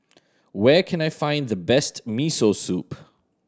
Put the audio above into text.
where can I find the best Miso Soup